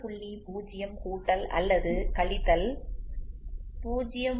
0 கூட்டல் அல்லது கழித்தல் 0